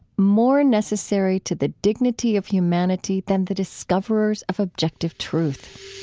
more necessary to the dignity of humanity than the discoverers of objective truth